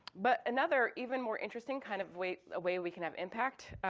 but another, even more interesting, kind of way, a way we can have impact,